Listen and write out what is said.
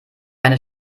einer